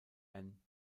ann